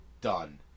Done